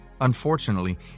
Unfortunately